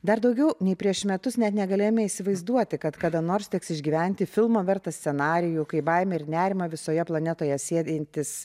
dar daugiau nei prieš metus net negalėjome įsivaizduoti kad kada nors teks išgyventi filmo vertą scenarijų kai baimę ir nerimą visoje planetoje sėjantis